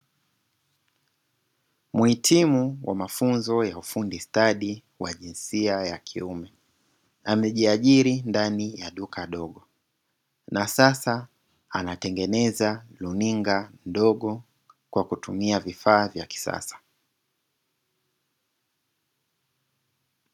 Mhitimu wa mafunzo ya ufundi stadi wa jinsia ya kiume amejiajiri ndani ya duka dogo na sasa anatengeneza runinga ndogo kwa kutumia vifaa vya kisasa.